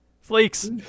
flakes